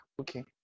okay